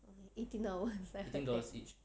okay eighteen hours fine fine fine